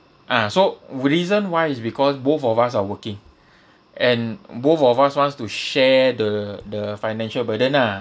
ah so w~ reason why is because both of us are working and both of us wants to share the the financial burden ah